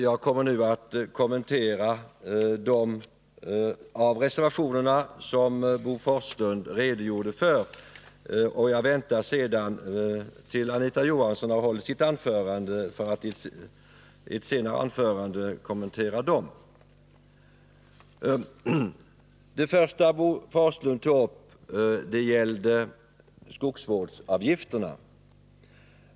Jag kommer nu att kommentera de reservationer som Bo Forslund redogjorde för, och jag väntar sedan tills Anita Johansson har hållit sitt anförande för att senare kommentera de andra socialdemokratiska reservationerna. Det första Bo Forslund tog upp gällde skogsvårdsavgifterna.